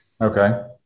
Okay